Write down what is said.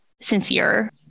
sincere